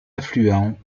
affluents